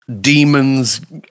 demons